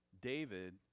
David